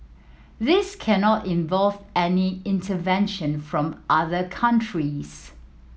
this cannot involve any intervention from other countries